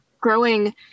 growing